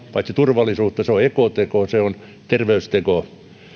paitsi turvallisuutta suomalainen ruokahan on ekoteko se on terveysteko